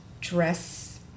dress